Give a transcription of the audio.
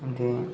ଏମିତି